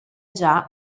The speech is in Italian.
già